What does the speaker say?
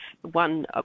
one